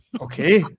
Okay